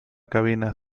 cabina